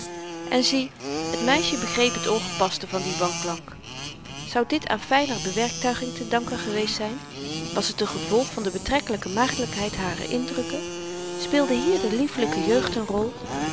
en zie het meisje begreep t ongepaste van dien wanklank zou dit aan fyner bewerktuiging te danken geweest zyn was t n gevolg van de betrekkelyke maagdelykheid harer indrukken speelde hier de liefelyke jeugd n rol